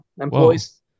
employees